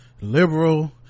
liberal